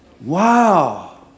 wow